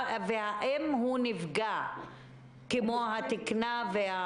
האם הוא נפגע כמו התקינה?